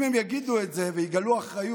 אם הם יגידו את זה ויגלו אחריות,